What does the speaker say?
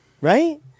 Right